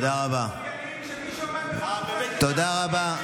אתה לא תכנה, של מי שעומד בראש, תודה רבה.